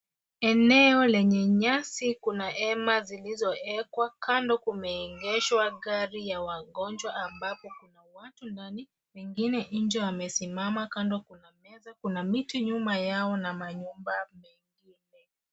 Eneo lenye nyasi kuna hema zilizowekwa kando kumeegeshwa gario ya wagonjwa ambapo kuna watu ndani wengine nje wamesimama kando kuna meza kuna miti nyuma yao na manyumba.